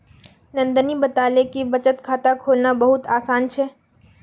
नंदनी बताले कि बचत खाता खोलना बहुत आसान छे